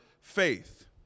faith